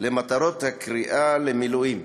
למטרות הקריאה למילואים,